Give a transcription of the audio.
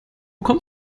kommt